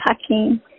packing